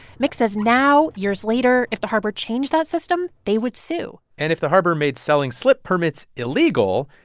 mick says now, years later, if the harbor changed that system, they would sue and if the harbor made selling slip permits illegal,